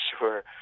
Sure